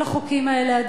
כל החוקים האלה,